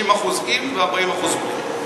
60% עם ו-40% בלי.